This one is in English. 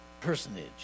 personage